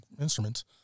instruments